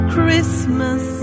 Christmas